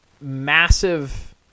massive